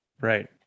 right